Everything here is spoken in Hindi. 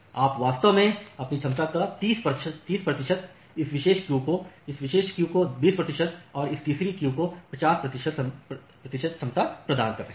आप वास्तव में अपनी क्षमता का ३० प्रतिशत इस विशेष क्यू को इस विशेष क्यू को २० प्रतिशत और इस तीसरी क्यू को ५० प्रतिशत क्षमता प्रदान कर रहे हैं